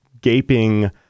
gaping